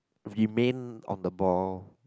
remain on the ball